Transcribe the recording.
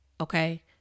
Okay